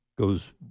goes